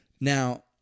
now